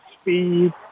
speed